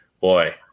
boy